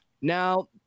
Now